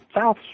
South